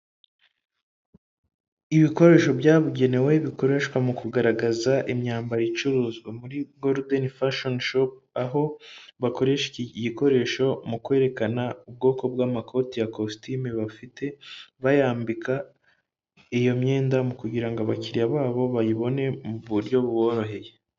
Ibikoresho byabugenewe bikoreshwa mu kugaragaza imyambaro icuruzwa muri Goludeni fashoni shopu, aho bakoresha iki gikoresho mu kwerekana ubwoko bw'amakoti ya kositimu bafite, bayambika iyo myenda mu kugira ngo abakiriya babo bayibone mu buryo buboroheye.